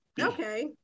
Okay